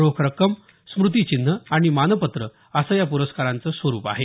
रोख रक्कम स्मृतिचिन्ह आणि मानपत्र असं या प्रस्काराच स्वरूप आहे